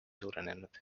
suurenenud